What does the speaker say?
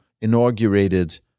inaugurated